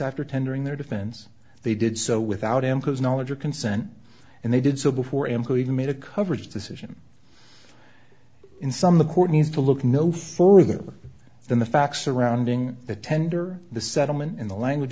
after tendering their defense they did so without him because knowledge or consent and they did so before including made a coverage decision in some the court needs to look no further than the facts surrounding the tender the settlement in the language